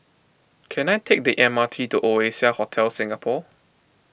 can I take the M R T to Oasia Hotel Singapore